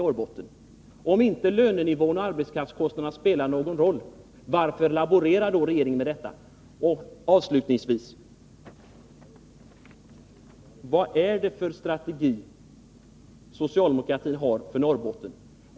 Om inte lönenivåerna och arbetskraftskostnaderna spelar någon roll, varför laborerar då regeringen med detta? Avslutningsvis: Vad är det för strategi socialdemokratin har för Norrbotten?